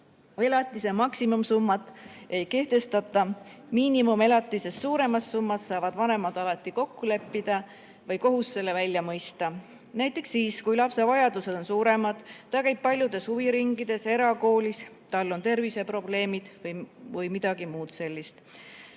Elatise maksimumsummat ei kehtestata. Miinimumelatisest suuremas summas saavad vanemad alati kokku leppida või saab kohus selle välja mõista. Näiteks siis, kui lapse vajadused on suuremad, ta käib paljudes huviringides, erakoolis, tal on terviseprobleemid või midagi muud sellist.